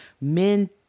men